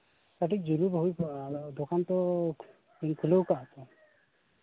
ᱠᱟᱹᱴᱤᱡ ᱡᱩᱞᱩᱯ ᱦᱩᱭ ᱠᱚᱜᱼᱟ ᱫᱚᱠᱟᱱ ᱛᱚ ᱠᱷᱩᱞᱟᱹᱣ ᱛᱟᱦᱮᱸ ᱠᱚᱜᱼᱟ